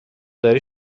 داری